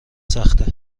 سخته